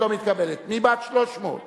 לחלופין א' השנייה של קבוצת סיעת